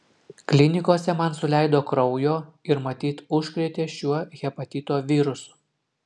klinikose man suleido kraujo ir matyt užkrėtė šiuo hepatito virusu